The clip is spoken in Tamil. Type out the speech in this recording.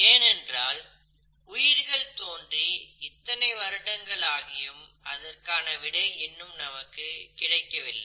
ஏனென்றால் உயிர்கள் தோன்றி இத்தனை வருடங்கள் ஆகியும் அதற்கான விடை இன்னும் நமக்கு கிடைக்கவில்லை